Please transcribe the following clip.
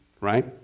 right